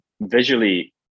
visually